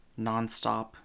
nonstop